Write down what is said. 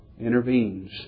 intervenes